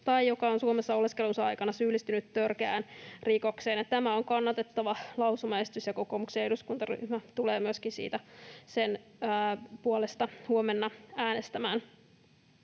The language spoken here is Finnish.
tai joka on Suomessa oleskelunsa aikana syyllistynyt törkeään rikokseen. Tämä on kannatettava lausumaesitys, ja kokoomuksen eduskuntaryhmä tulee myöskin sen puolesta huomenna äänestämään.